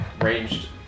ranged